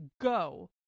go